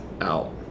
out